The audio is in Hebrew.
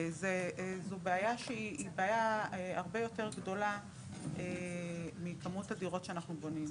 זו בעיה שהיא בעיה הרבה יותר גדולה מכמות הדירות שאנחנו בונים.